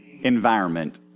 environment